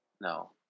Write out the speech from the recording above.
No